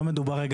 לא מדובר,